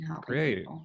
Great